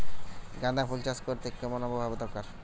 গাঁদাফুল চাষ করতে কেমন আবহাওয়া দরকার?